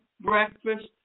breakfast